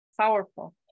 Powerful